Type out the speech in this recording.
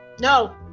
No